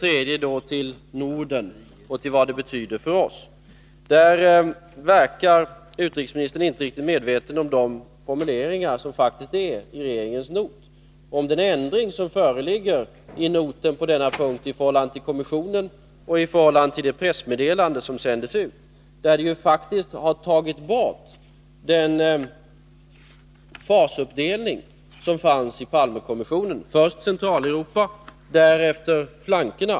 Sedan till Norden och vad en kärnvapenfri zon betyder för oss. Utrikesministern verkar inte riktigt medveten om de formuleringar som faktiskt finns i regeringens not och om den ändring som föreligger i noten på denna punkt i förhållande till kommissionens förslag och i förhållande till det pressmeddelande som sändes ut. Där har ni faktiskt tagit bort den fasuppdelning som fanns i Palmekommissionens förslag — först Centraleuropa, därefter flankerna.